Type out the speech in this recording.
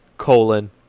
Colon